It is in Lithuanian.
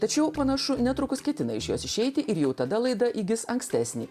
tačiau panašu netrukus ketina iš jos išeiti ir jau tada laida įgis ankstesnį